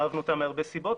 אהבנו אותה מהרבה סיבות,